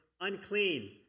unclean